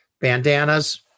Bandanas